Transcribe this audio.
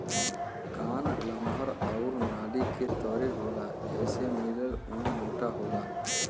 कान लमहर आउर नली के तरे होला एसे मिलल ऊन मोटा होला